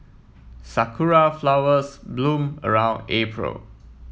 sakura flowers bloom around April